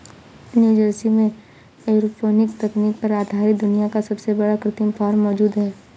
New Jersey में aeroponics तकनीक पर आधारित दुनिया का सबसे बड़ा कृत्रिम फार्म मौजूद है